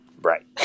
right